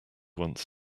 once